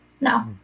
No